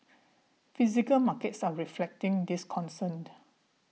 physical markets are reflecting this concern